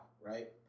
right